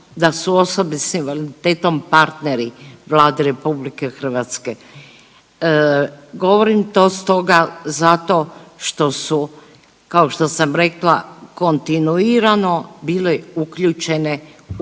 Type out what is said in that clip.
da su osobe s invaliditetom partneri Vladi RH. Govorim to stoga zato što su, kao što sam rekla, kontinuirano bili uključene